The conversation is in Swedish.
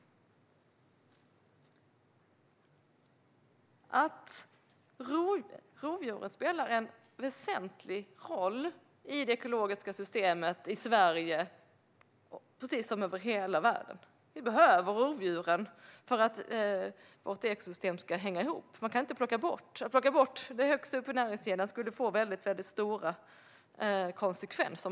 Rovdjuren spelar en väsentlig roll i det ekologiska systemet i Sverige och världen. Vi behöver rovdjuren för att vårt ekosystem ska hänga ihop. Man kan inte plocka bort dem. Om vi plockade bort dem som är högst upp i näringskedjan skulle det få stora konsekvenser.